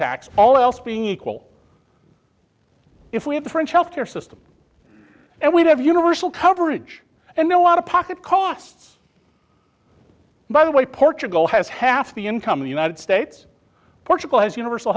tax all else being equal if we had the french healthcare system and we'd have universal coverage and no out of pocket costs by the way portugal has half the income of the united states portugal has universal